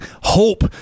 Hope